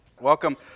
Welcome